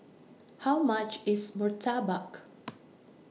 How much IS Murtabak